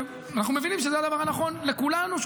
ואנחנו מבינים שזה הדבר הנכון לכולנו,